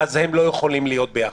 הם לא יכולים להיות ביחד.